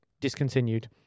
discontinued